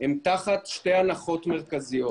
הם תחת שתי הנחות מרכזיות.